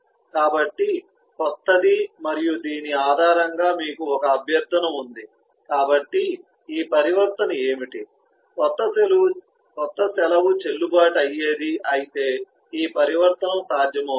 కాబట్టి క్రొత్తది మరియు దీని ఆధారంగా మీకు ఒక అభ్యర్థన ఉంది కాబట్టి ఈ పరివర్తన ఏమిటి క్రొత్త సెలవు చెల్లుబాటు అయ్యేది అయితే ఈ పరివర్తనం సాధ్యమవుతుంది